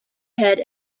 head